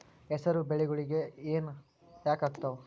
ಹೆಸರು ಬೆಳಿಗೋಳಿಗಿ ಹೆನ ಯಾಕ ಆಗ್ತಾವ?